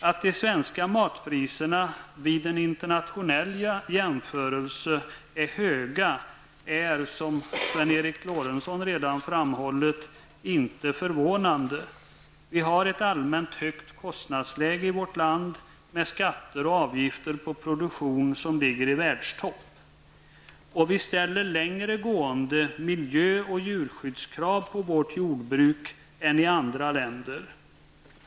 Att de svenska matpriserna vid en internationell jämförelse är höga är, som Sven Eric Lorentzon redan framhållit, egentligen inte förvånande. Vi har ett allmänt högt kostnadsläge i vårt land med skatter och avgifter på produktionen som ligger i världsstopp, och vi ställer längre gående miljö och djurskyddskrav på vårt jordbruk än andra länder.